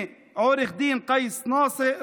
מעו"ד קייס נאסר,